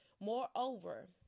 Moreover